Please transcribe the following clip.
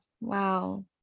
Wow